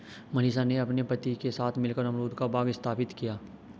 मनीषा ने अपने पति के साथ मिलकर अमरूद का बाग स्थापित किया